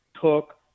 took